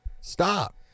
Stop